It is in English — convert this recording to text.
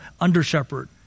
under-shepherd